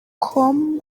com